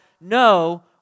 no